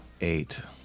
Eight